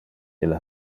ille